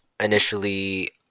initially